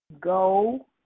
Go